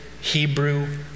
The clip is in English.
Hebrew